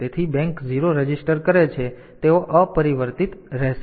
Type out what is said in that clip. તેથી bank 0 register કરે છે તેઓ અપરિવર્તિત રહેશે